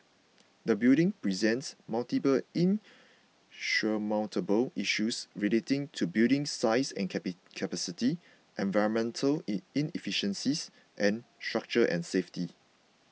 the building presents multiple insurmountable issues relating to building size and capacity environmental inefficiencies and structure and safety